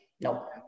Nope